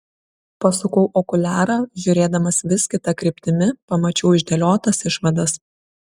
pasukau okuliarą žiūrėdamas vis kita kryptimi pamačiau išdėliotas išvadas